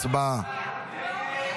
הצבעה.